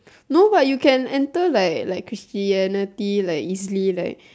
no but you can enter like like Christianity like miss Lee like